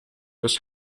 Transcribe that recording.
was